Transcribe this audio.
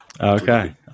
Okay